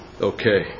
Okay